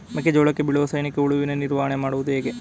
ಮೆಕ್ಕೆ ಜೋಳಕ್ಕೆ ಬೀಳುವ ಸೈನಿಕ ಹುಳುವಿನ ನಿರ್ವಹಣೆ ಮಾಡುವುದು ಹೇಗೆ?